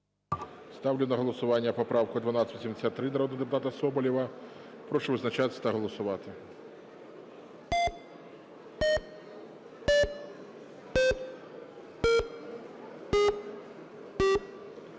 Ставлю на голосування поправка 1283 народного депутата Соболєва. Прошу визначатись та голосувати. 14:29:42